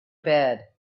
bed